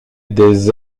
des